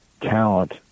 talent